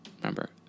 remember